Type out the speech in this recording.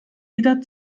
jeder